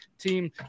Team